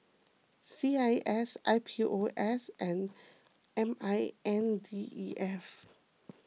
C I S I P O S and M I N D E F